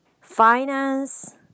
finance